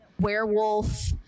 werewolf